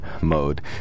mode